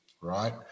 Right